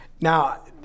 now